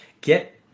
get